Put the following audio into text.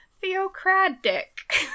Theocratic